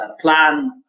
plan